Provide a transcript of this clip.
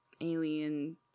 alien